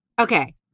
Okay